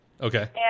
Okay